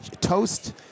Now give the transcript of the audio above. toast